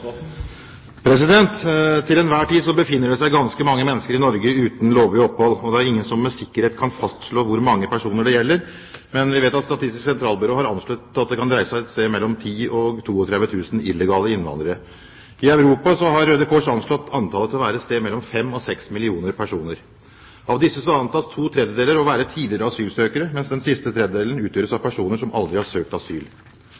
protokollen. Til enhver tid befinner det seg ganske mange mennesker i Norge uten lovlig opphold. Det er ingen som med sikkerhet kan fastslå hvor mange personer det gjelder, men vi vet at Statistisk sentralbyrå har anslått at det kan dreie seg om et sted mellom 10 000 og 32 000 illegale innvandrere. I Europa har Røde Kors anslått antallet til å være et sted mellom 5 millioner og 6 millioner personer. Av disse antas to tredeler å være tidligere asylsøkere, mens den siste tredelen utgjøres av